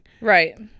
Right